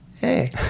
hey